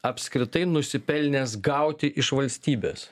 apskritai nusipelnęs gauti iš valstybės